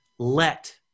Let